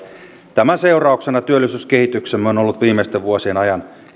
tämän seurauksena työllisyyskehityksemme on ollut viimeisten vuosien ajan